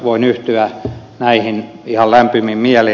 voin yhtyä näihin ihan lämpimin mielin